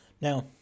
Now